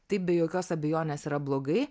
taip be jokios abejonės yra blogai